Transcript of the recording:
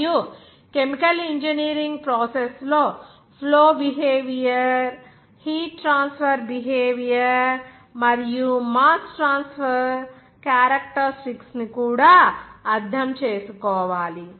మరియు chemical engineering process లో flow behaviour heat transfer behaviour మరియు మాస్ ట్రాన్స్ఫర్ క్యారెక్టర్ స్టిక్స్ ను కూడా అర్థం చేసుకోవాలి